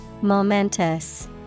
Momentous